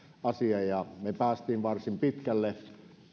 asia ja me pääsimme varsin pitkälle